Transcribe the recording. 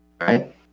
Right